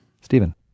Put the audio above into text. Stephen